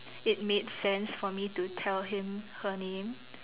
it made sense for me to tell him her name